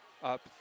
up